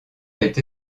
est